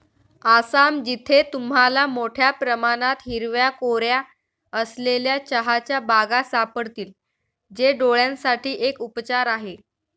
आसाम, जिथे तुम्हाला मोठया प्रमाणात हिरव्या कोऱ्या असलेल्या चहाच्या बागा सापडतील, जे डोळयांसाठी एक उपचार आहे